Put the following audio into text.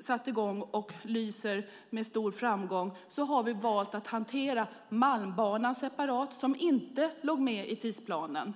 satts i gång med stor framgång har vi valt att hantera Malmbanan separat, som inte låg med i tidsplanen.